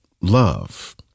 love